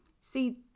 See